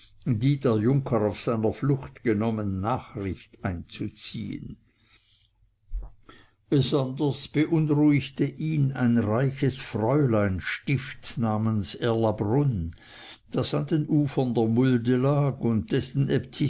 der junker auf seiner flucht genommen nachricht einzuziehen besonders beunruhigte ihn ein reiches fräuleinstift namens erlabrunn das an den ufern der mulde lag und dessen